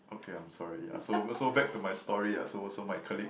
okay I'm sorry yeah so so back to my story yeah so so my colleague